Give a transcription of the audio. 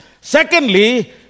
Secondly